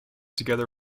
together